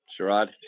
Sherrod